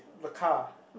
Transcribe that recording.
the car